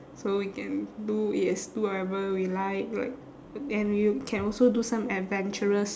so we can do it as do whatever we like like then you can also do some adventurous